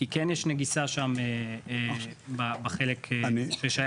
כי כן יש נגיסה שם בחלק ששייך